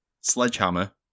Sledgehammer